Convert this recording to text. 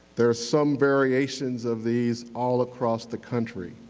there are some variations of these all across the country.